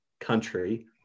country